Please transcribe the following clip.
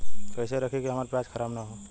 कइसे रखी कि हमार प्याज खराब न हो?